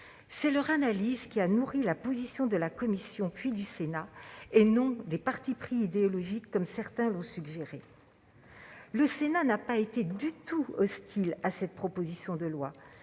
C'est leur analyse qui a nourri la position de la commission, puis du Sénat, non des partis pris idéologiques, comme certains l'ont suggéré. Le Sénat n'a manifesté aucune hostilité à cette proposition de loi.